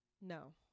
no